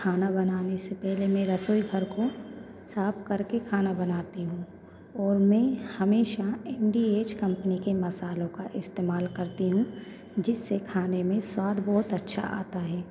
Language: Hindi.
खाना बनाने से पहले मैं रसोई घर को साफ़ कर के खाना बनाती हूँ और मैं हमेशा एम डी एच कम्पनी के मसालों का इस्तेमाल करती हूँ जिससे खाने में स्वाद बहुत अच्छा आता है